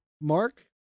mark